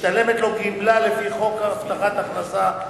שמשתלמת לו גמלה לפי חוק הבטחת הכנסה,